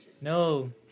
No